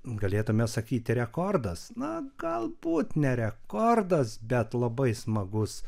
galėtume sakyti rekordas na galbūt ne rekordas bet labai smagus